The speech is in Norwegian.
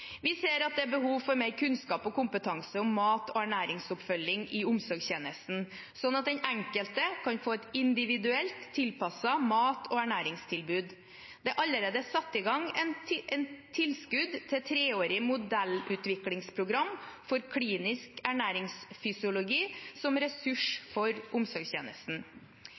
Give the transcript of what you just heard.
Vi ser at det er behov for mer kunnskap og kompetanse om mat og ernæringsoppfølging i omsorgstjenesten, slik at den enkelte kan få et individuelt tilpasset mat- og ernæringstilbud. Det er allerede satt i gang et tilskudd til treårig modellutviklingsprogram for klinisk ernæringsfysiologi som ressurs for omsorgstjenesten.